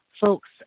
folks